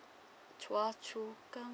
chua chu kang